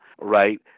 right